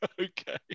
Okay